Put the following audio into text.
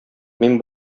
мин